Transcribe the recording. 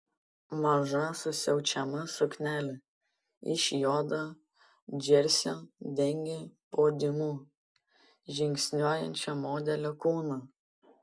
maža susiaučiama suknelė iš juodo džersio dengė podiumu žingsniuojančio modelio kūną